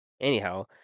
Anyhow